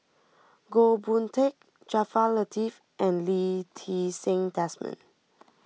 Goh Boon Teck Jaafar Latiff and Lee Ti Seng Desmond